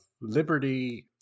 liberty